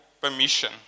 permission